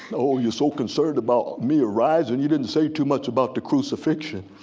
oh you're so concerned about me arising you didn't say too much about the crucifixion.